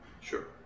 Sure